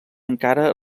encara